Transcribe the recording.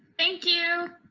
thank you!